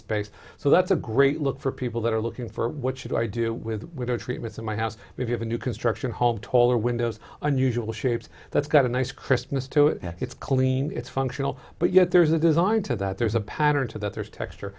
space so that's a great look for people that are looking for what should i do with window treatments in my house we have a new construction home taller windows unusual shapes that's got a nice christmas to it it's clean it's functional but yet there's a design to that there's a pattern to that there's texture